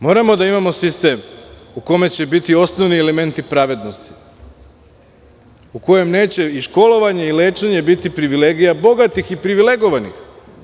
Moramo da imamo sistem u kome će biti osnovni elementi pravednosti, u kojem neće i školovanje i lečenje biti privilegija bogatih i privilegovanih.